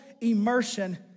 immersion